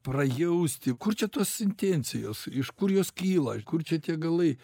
prajausti kur čia tos intencijos iš kur jos kyla kur čia tie galai